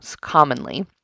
commonly